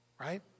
right